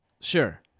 Sure